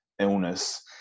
illness